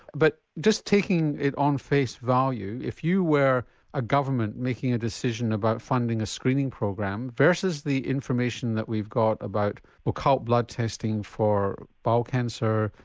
but just taking it on face value if you were a government making a decision about funding a screening program versus the information that we've got about but occult blood testing for bowel cancer,